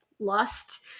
lust